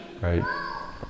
right